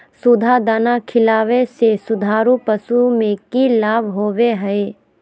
सुधा दाना खिलावे से दुधारू पशु में कि लाभ होबो हय?